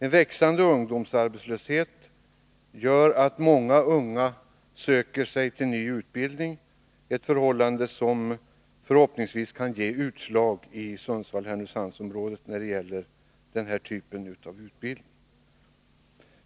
En växande ungdomsarbetslöshet gör att många unga söker till ny utbildning, ett förhållande som förhoppningsvis kan ge utslag i Sundsvall-Härnösand-området när det gäller den här typen av utbildning.